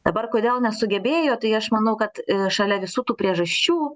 dabar kodėl nesugebėjo tai aš manau kad šalia visų tų priežasčių